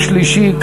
יום שלישי,